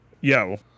yo